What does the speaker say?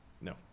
No